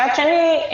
מצד שני,